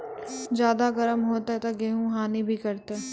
ज्यादा गर्म होते ता गेहूँ हनी भी करता है?